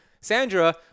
Sandra